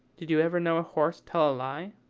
did you ever know a horse tell a lie?